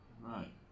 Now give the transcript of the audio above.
Right